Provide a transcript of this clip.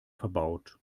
verbaut